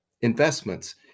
investments